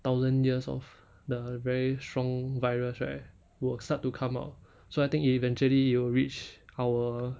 thousand years of the very strong virus right will start to come out so I think eventually it will reach our